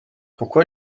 pourquoi